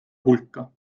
hulka